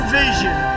vision